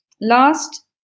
Last